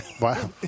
wow